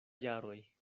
jaroj